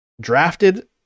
drafted